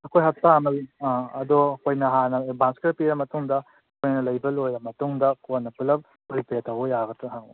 ꯑꯩꯈꯣꯏ ꯍꯞꯇꯥ ꯑꯃꯗꯤ ꯑꯥ ꯑꯗꯣ ꯑꯩꯈꯣꯏꯅ ꯍꯥꯟꯅ ꯑꯦꯗꯕꯥꯟꯁ ꯈꯔ ꯄꯤꯔ ꯃꯇꯨꯡꯗ ꯑꯩꯈꯣꯏꯅ ꯂꯩꯕ ꯂꯣꯏꯔ ꯃꯇꯨꯡꯗ ꯀꯣꯟꯅ ꯄꯨꯂꯞ ꯐꯨꯜ ꯄꯦ ꯇꯧꯕ ꯌꯥꯒꯗ꯭ꯔ ꯍꯪꯕ